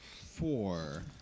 four